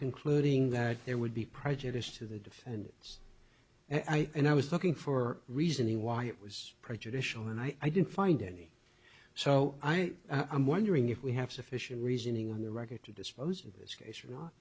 concluding that there would be prejudice to the defendants i mean i was looking for reasoning why it was prejudicial and i didn't find any so i i'm wondering if we have sufficient reasoning on the record to dispose of this case or not